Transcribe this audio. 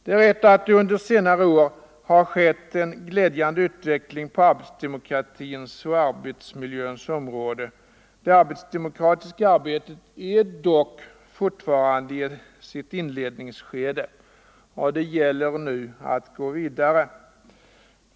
Det är riktigt att det under senare år har skett en glädjande utveckling på arbetsdemokratins och arbetsmiljöns områden. Vad gäller arbetsdemokratin är man dock fortfarande i ett inledningsskede, och det gäller nu att gå vidare.